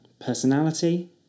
Personality